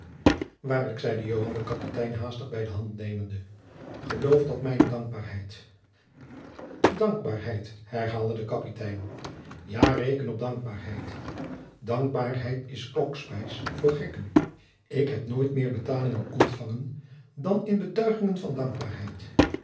waarlijk zeide joan den kapitein haastig bij de hand nemende geloof dat mijne dankbaarheid dankbaarheid herhaalde de kapitein ja reken op dankbaarheid dankbaarheid is klokspijs voor gekken ik heb nooit meer betalingen ontfangen dan in betuigingen van dankbaarheid